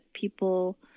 people